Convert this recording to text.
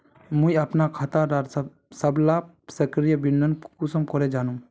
मुई अपना खाता डार सबला सक्रिय विवरण कुंसम करे जानुम?